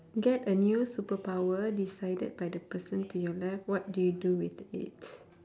get a new superpower decided by the person to your left what do you do with it